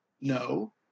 No